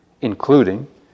including